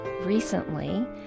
recently